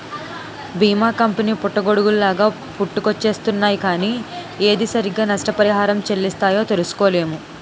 బీమా కంపెనీ పుట్టగొడుగుల్లాగా పుట్టుకొచ్చేస్తున్నాయ్ కానీ ఏది సరిగ్గా నష్టపరిహారం చెల్లిస్తాయో తెలుసుకోలేము